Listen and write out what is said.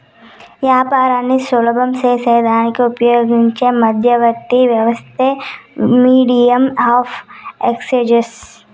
యాపారాన్ని సులభం సేసేదానికి ఉపయోగించే మధ్యవర్తి వ్యవస్థే మీడియం ఆఫ్ ఎక్స్చేంజ్